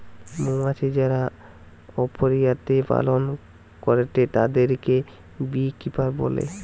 মৌমাছি যারা অপিয়ারীতে পালন করেটে তাদিরকে বী কিপার বলে